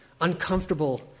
uncomfortable